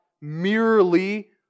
merely